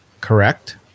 correct